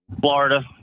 Florida